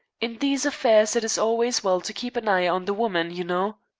in these affairs it is always well to keep an eye on the woman, you know.